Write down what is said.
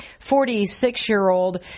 46-year-old